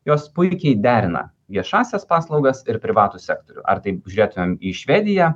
jos puikiai derina viešąsias paslaugas ir privatų sektorių ar taip žiūrėtumėm į švediją